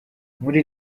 muri